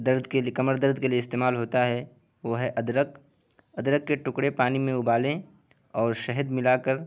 درد کے لیے کمر درد کے لیے استعمال ہوتا ہے وہ ہے ادرک ادرک کے ٹکڑے پانی میں ابالیں اور شہد ملا کر